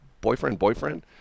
boyfriend-boyfriend